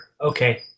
Okay